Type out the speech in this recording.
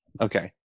okay